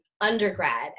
undergrad